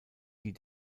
die